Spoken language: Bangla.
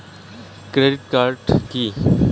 Credit card key?